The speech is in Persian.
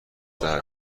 دهد